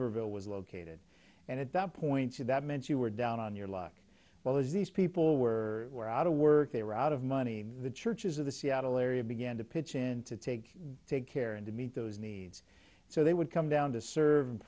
e was located and at that point that meant you were down on your luck well as these people were were out of work they were out of money the churches of the seattle area began to pitch in to take take care and to meet those needs so they would come down to serve and